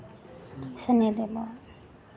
Sunny Deol